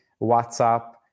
WhatsApp